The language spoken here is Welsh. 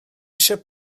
eisiau